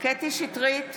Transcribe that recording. קטי קטרין שטרית,